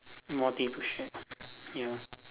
more division ya